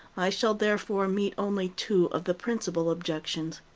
i shall therefore meet only two of the principal objections.